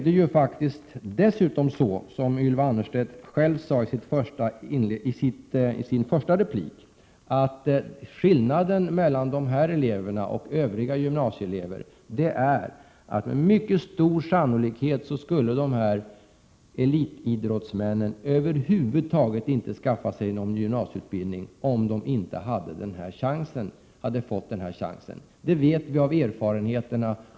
Det är faktiskt dessutom så, som Ylva Annerstedt själv sade i sin första replik, att skillnaden mellan de här eleverna och de övriga gymnasieeleverna är den att elitidrottsmännen med mycket stor sannolikhet över huvud taget inte skulle ha skaffat sig någon gymnasieutbildning, om de inte hade fått den här chansen. Det vet vi av tidigare erfarenheter.